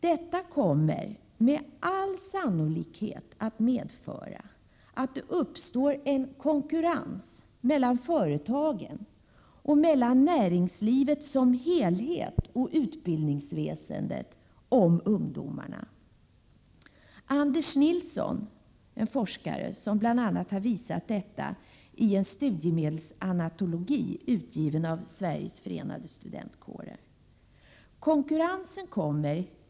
Resultatet blir med all sannolikhet att det uppstår konkurrens mellan företagen och näringslivet som helhet å ena sidan samt utbildningsväsendet å andra sidan när det gäller ungdomarna. Forskaren Anders Nilsson har bl.a. visat på detta i en studiemedelsanatologi som Sveriges förenade studentkårer har utgivit.